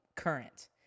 Current